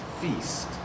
feast